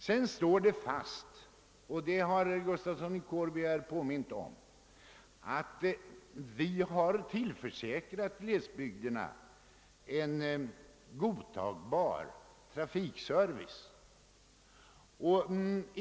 Sedan står det fast, vilket även herr Gustafsson i Kårby påminde om, att vi har tillförsäkrat glesbygderna en godtagbar trafikservice.